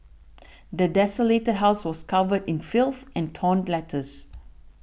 the desolated house was covered in filth and torn letters